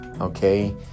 okay